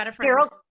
Carol